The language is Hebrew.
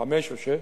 חמש או שש,